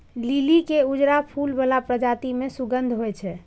लिली के उजरा फूल बला प्रजाति मे सुगंध होइ छै